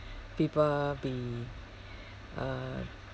people be uh